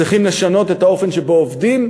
צריכות לשנות את האופן שבו עובדים,